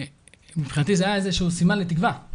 מבחינתי זה היה איזשהו סימן לתקווה.